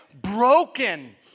Broken